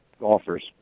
golfers